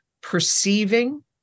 perceiving